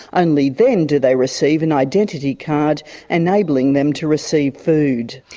only then do they receive an identity card enabling them to receive food.